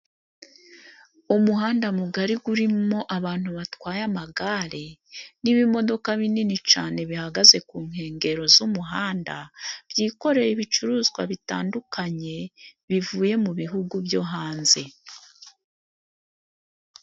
Umuhanda mugari gurimwo abantu batwaye amagare n'ibimodoka binini cane bihagaze ku nkengero, z'umuhanda byikoreye ibicuruzwa bitandukanye, bivuye mu bihugu byo hanze.